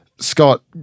Scott